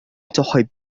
تحب